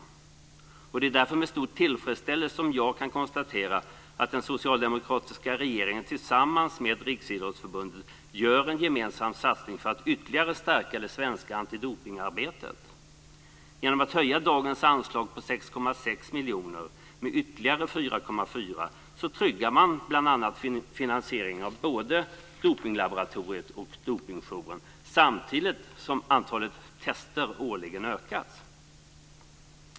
Det är därför som jag med stor tillfredsställelse kan konstatera att den socialdemokratiska regeringen tillsammans med Riksidrottsförbundet gör en gemensam satsning för att ytterligare stärka det svenska antidopningsarbetet. Genom att höja dagens anslag på 6,6 miljoner med ytterligare 4,4 miljoner tryggar man bl.a. finansieringen av både Dopinglaboratoriet och Dopingjouren, samtidigt som antalet test årligen utökas.